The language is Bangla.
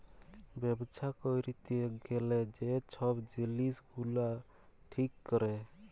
ব্যবছা ক্যইরতে গ্যালে যে ছব জিলিস গুলা ঠিক ক্যরে